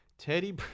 Teddy